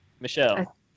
Michelle